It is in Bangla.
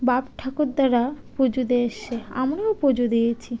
বাপ ঠাকুর দ্বারা পুজো দিয়ে এসেছে আমরাও পুজো দিয়েছি